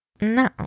No